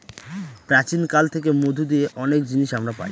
প্রাচীন কাল থেকে মধু দিয়ে অনেক জিনিস আমরা পায়